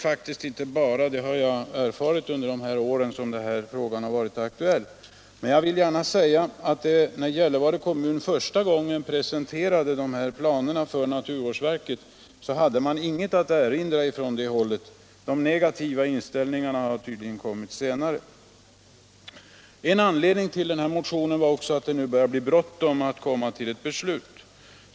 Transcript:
Under de år som den här frågan varit aktuell har jag erfarit att det inte är ”bara”. Men när Gällivare kommun första gången presenterade de här planerna för naturvårdsverket hade verket inget att erinra mot bygget. Den negativa inställningen har tydligen kommit senare. a En anledning till den här motionen var också att det nu börjar bli bråttom att komma till ett beslut.